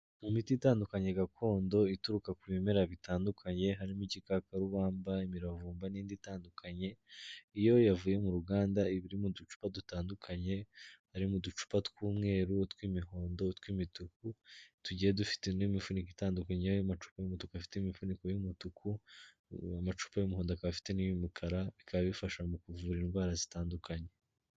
Mu miti itandukanye gakondo, ituruka ku bimera bitandukanye, harimo igikakarubamba, imiravumba n'indi itandukanye, iyo yavuye mu ruganda, iba irimo uducupa dutandukanye, harimo uducupa tw'umweru, utw'imihondo, utw'imituku, tugiye dufite n'imifuniko itandukanye yayo macupa y'umutuku afite imifuniko y'umutuku, amacupa y'umuhondo akaba afite n'iy'umukara, bikaba bifasha mu kuvura indwara zitandukanye.